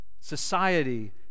society